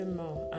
more